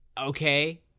okay